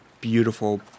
beautiful